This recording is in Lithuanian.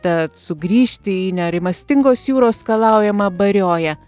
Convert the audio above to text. tad sugrįžti į nerimastingos jūros skalaujamą barioją